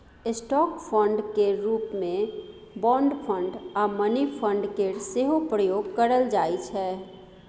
stock fund केर रूप मे बॉन्ड फंड आ मनी फंड केर सेहो प्रयोग करल जाइ छै